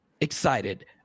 excited